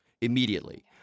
immediately